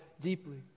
deeply